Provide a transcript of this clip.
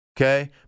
Okay